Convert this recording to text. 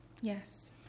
Yes